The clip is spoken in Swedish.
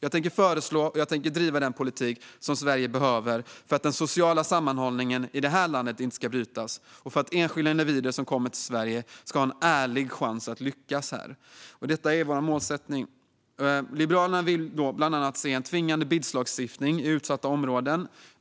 Jag tänker föreslå och driva den politik som Sverige behöver för att den sociala sammanhållningen i landet inte ska brytas och för att enskilda individer som kommer till Sverige ska ha en ärlig chans att lyckas här. Detta är vår målsättning. Liberalerna vill bland annat se en tvingande BID-lagstiftning i utsatta områden.